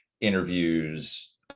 interviews